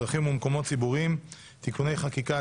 דרכים ומקומות ציבוריים (תיקוני חקיקה),